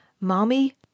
Mommy